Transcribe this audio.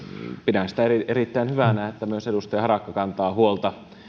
pidän sitä erittäin hyvänä että myös edustaja harakka kantaa huolta